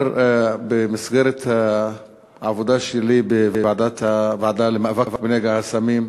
במסגרת העבודה שלי בוועדה למאבק בנגע הסמים,